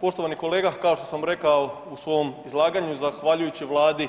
Poštovani kolega kao što sam rekao u svom izlaganju zahvaljujući Vladi